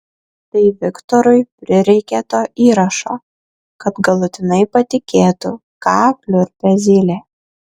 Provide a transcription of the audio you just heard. tai viktorui prireikė to įrašo kad galutinai patikėtų ką pliurpia zylė